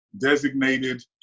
designated